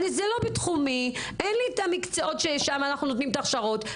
זה לא בתחומי אין לי את המקצועות ששם אנחנו נותנים את ההכשרות.